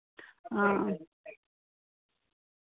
हां